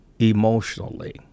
emotionally